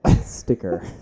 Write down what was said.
sticker